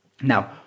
Now